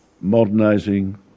modernizing